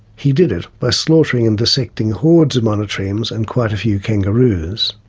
he did it by slaughtering and dissecting hordes of monotremes, and quite a few kangaroos.